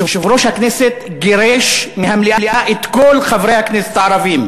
ויושב-ראש הכנסת גירש מהמליאה את כל חברי הכנסת הערבים.